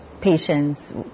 patients